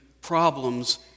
problems